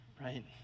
right